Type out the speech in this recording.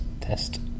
Test